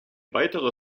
weiterer